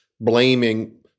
blaming